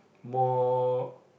more